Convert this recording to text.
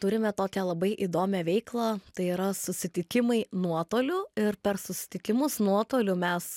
turime tokią labai įdomią veiklą tai yra susitikimai nuotoliu ir per susitikimus nuotoliu mes